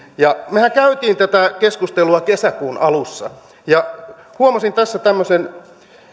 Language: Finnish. mehän kävimme tätä keskustelua kesäkuun alussa huomasin tässä tämmöisen